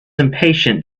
impatient